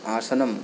आसनं